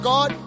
God